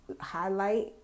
highlight